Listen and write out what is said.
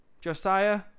Josiah